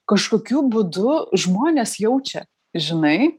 kažkokiu būdu žmonės jaučia žinai